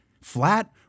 Flat